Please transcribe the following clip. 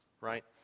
right